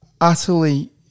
utterly